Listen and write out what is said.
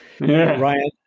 Ryan